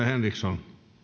arvoisa